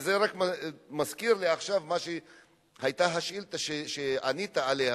וזה רק מזכיר לי עכשיו את השאילתא שענית עליה,